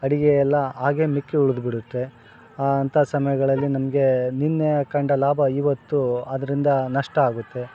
ಅಡುಗೆ ಎಲ್ಲ ಹಾಗೇ ಮಿಕ್ಕಿ ಉಳ್ದು ಬಿಡುತ್ತೆ ಆ ಅಂತ ಸಮಯಗಳಲ್ಲಿ ನಮಗೆ ನಿನ್ನೆ ಕಂಡ ಲಾಭ ಇವತ್ತು ಅದರಿಂದ ನಷ್ಟ ಆಗುತ್ತೆ